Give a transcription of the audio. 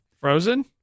Frozen